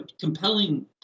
compelling